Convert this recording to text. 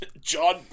John